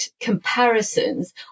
comparisons